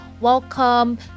welcome